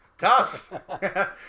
tough